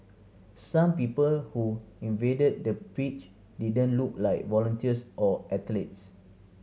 some people who invaded the pitch didn't look like volunteers or athletes